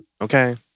Okay